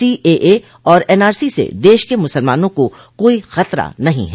CAA और NRC से देश के मुसलमानों को कोई खतरा नहीं है